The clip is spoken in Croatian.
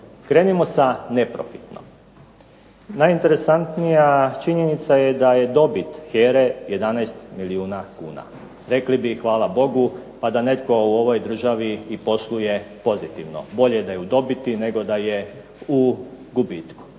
Krenimo sa neprofitno, najinteresantnija činjenica je da je dobit HERA-e 11 milijuna kuna, rekli bi hvala Bogu da netko u ovoj državi posluje pozitivno, bolje da je u dobiti nego da je u gubitku.